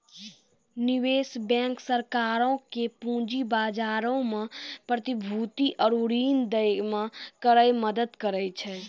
निवेश बैंक सरकारो के पूंजी बजारो मे प्रतिभूति आरु ऋण दै मे करै मदद करै छै